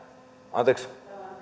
anteeksi